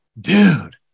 dude